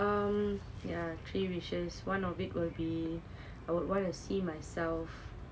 um yeah three wishes one of it will be I would wanna see myself